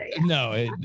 No